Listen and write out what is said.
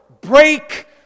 Break